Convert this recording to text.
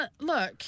look